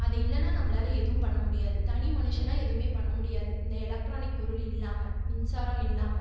அது இல்லைன்னா நம்பளால் ஏதும் பண்ண முடியாது தனி மனுஷனாக எதுவுமே பண்ண முடியாது இந்த எலக்ட்ரானிக் பொருள் இல்லாமல் மின்சாரோம் இல்லாமல்